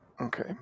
Okay